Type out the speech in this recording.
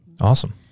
Awesome